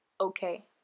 okay